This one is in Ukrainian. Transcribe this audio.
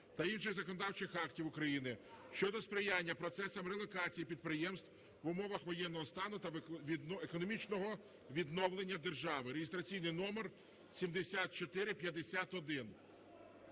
та інших законодавчих актів України щодо сприяння процесам релокації підприємств в умовах воєнного стану та економічного відновлення держави, (реєстраційний номер 7451).